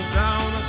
down